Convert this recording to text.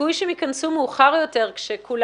הסיכוי שהן ייכנסו מאוחר יותר כאשר כל